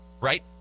right